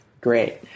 Great